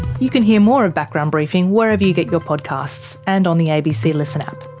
you can hear more of background briefing wherever you get your podcasts, and on the abc listen app.